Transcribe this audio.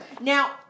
Now